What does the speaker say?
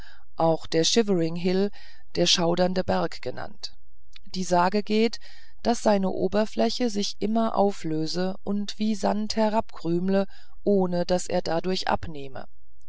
auch der shivering hill der schaudernde berg genannt die sage geht daß seine oberfläche sich immer auflöse und wie sand herabkrümle ohne daß er dadurch abnehme